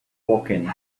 woking